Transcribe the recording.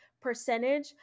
percentage